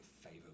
favor